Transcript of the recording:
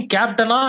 Captain